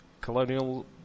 colonial